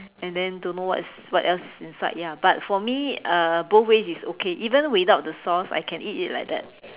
and then don't know what's what else is inside ya but for me uh both ways is okay even without the sauce I can eat it like that